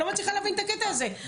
אני לא מצליחה להבין את הקטע הזה.